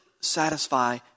satisfy